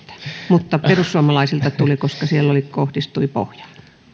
mutta perussuomalaisilta tuli koska siellä se kohdistui pohjaan